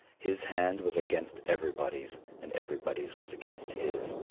his hand was against everybody's, and everybody's was against his.